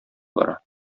бара